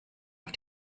auf